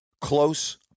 close